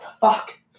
fuck